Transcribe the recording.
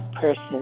person